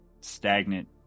stagnant